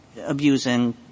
abusing